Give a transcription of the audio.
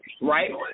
right